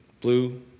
Blue